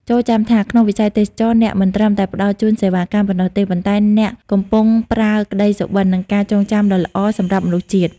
ចូរចាំថា ក្នុងវិស័យទេសចរណ៍ អ្នកមិនត្រឹមតែផ្ដល់ជូនសេវាកម្មប៉ុណ្ណោះទេ ប៉ុន្តែអ្នកកំពុងប្រើ "ក្តីសុបិន និងការចងចាំដ៏ល្អ" សម្រាប់មនុស្សជាតិ។